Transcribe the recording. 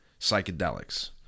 psychedelics